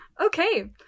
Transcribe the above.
Okay